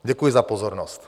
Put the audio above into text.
Děkuji za pozornost.